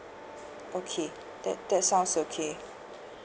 okay that that sounds okay